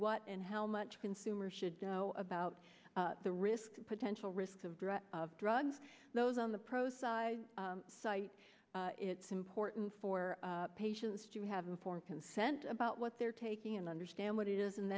what and how much consumers should know about the risks potential risks of of drugs those on the pro side site it's important for patients to have informed consent about what they're taking and understand what it is and